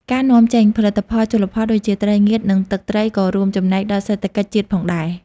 ការនាំចេញ ផលិតផលជលផលដូចជាត្រីងៀតនិងទឹកត្រីក៏រួមចំណែកដល់សេដ្ឋកិច្ចជាតិផងដែរ។